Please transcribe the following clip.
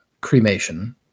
cremation